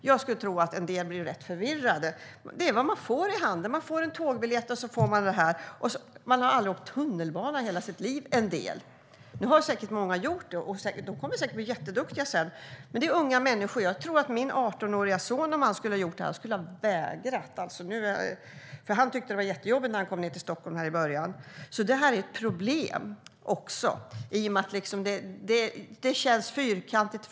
Jag skulle tro att en del blir rätt förvirrade. Man får en tågbiljett och den här vägbeskrivningen i handen. En del har aldrig åkt tunnelbana i hela sitt liv. Många har säkert gjort det, och andra kommer säkert att bli jätteduktiga på det sedan. Men det här är unga människor. Jag tror att min 18-åriga son skulle ha vägrat. Han tyckte att det var jättejobbigt i början när han kom ned till Stockholm. Det här är alltså också ett problem. Det känns fyrkantigt.